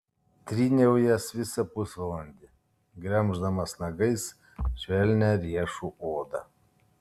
tryniau jas visą pusvalandį gremždamas nagais švelnią riešų odą